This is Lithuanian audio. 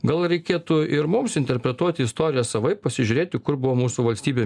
gal reikėtų ir mums interpretuoti istoriją savaip pasižiūrėti kur buvo mūsų valstybė